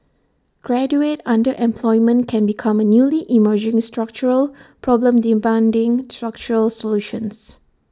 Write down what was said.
graduate underemployment can become A newly emerging structural problem demanding structural solutions